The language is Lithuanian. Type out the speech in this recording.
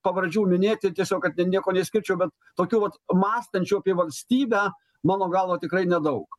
pavardžių minėti tiesiog kad ten nieko neišskirčiau bet tokių vat mąstančių apie valstybę mano galva tikrai nedaug